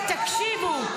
תקשיבו.